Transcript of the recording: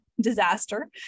disaster